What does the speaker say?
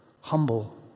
humble